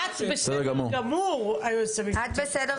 את בסדר גמור, היועצת המשפטית.